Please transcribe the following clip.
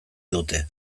dute